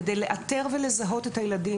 כדי לאתר ולזהות את הילדים,